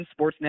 Sportsnet